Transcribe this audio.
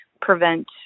prevent